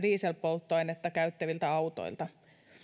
dieselpolttoainetta käyttäviltä autoilta